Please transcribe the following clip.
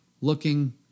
looking